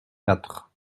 quatre